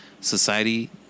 society